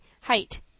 height